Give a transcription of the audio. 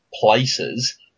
places